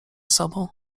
sobą